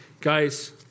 Guys